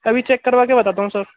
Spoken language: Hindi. अभी चेक करवाकर बताता हूँ सर